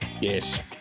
Yes